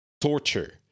torture